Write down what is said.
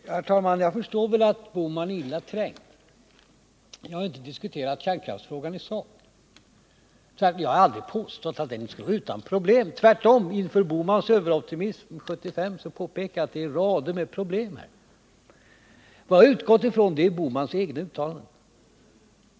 Herr talman! Jag förstår väl att Gösta Bohman är illa trängd. Jag har inte diskuterat kärnkraftsfrågan i sak. Jag har aldrig påstått att kärnkraften skulle vara utan problem. Inför Gösta Bohmans överoptimism år 1975 påpekade jag tvärtom att det här finns rader av problem. Vad jag här utgått ifrån är Gösta Bohmans egna uttalanden.